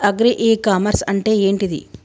Agri e commerce అంటే ఏంటిది?